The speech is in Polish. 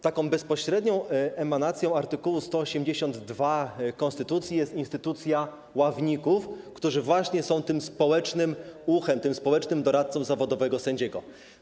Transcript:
Taką bezpośrednią emanacją art. 182 konstytucji jest instytucja ławników, którzy są właśnie społecznym uchem, społecznymi doradcami zawodowego sędziego.